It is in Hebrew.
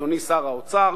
אדוני שר האוצר,